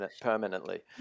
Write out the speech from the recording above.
permanently